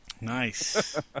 Nice